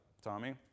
Tommy